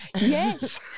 Yes